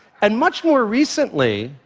and much more recently,